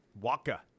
Waka